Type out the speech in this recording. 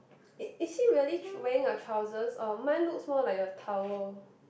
is is he really wearing a trousers or mine looks more like a towel